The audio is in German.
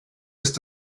ist